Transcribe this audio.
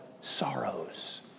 sorrows